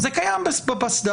זה קיים בפסד"פ.